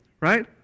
right